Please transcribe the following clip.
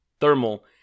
thermal